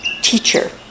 teacher